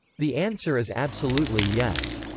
the answer is absolutely yes.